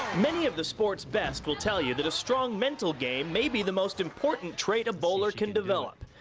many of the sport's best will tell you that a strong mental game may be the most important trait a bowler can develop.